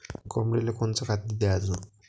कोंबडीले कोनच खाद्य द्याच?